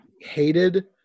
hated